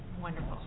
Wonderful